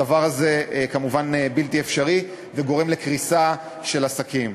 הדבר הזה כמובן בלתי אפשרי וגורם לקריסה של עסקים.